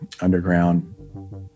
underground